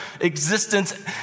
existence